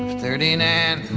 thirty nine